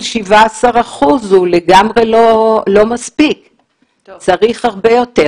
17 אחוזים הוא לגמרי לא מספיק אלא צריך הרבה יותר.